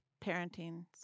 parenting